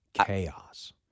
chaos